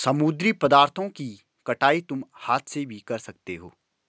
समुद्री पदार्थों की कटाई तुम हाथ से भी कर सकते हो